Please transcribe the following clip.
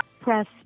press